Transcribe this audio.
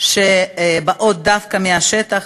שבאות דווקא מהשטח,